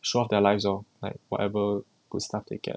show off their lives lor like whatever good stuff they get